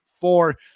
four